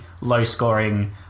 low-scoring